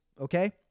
okay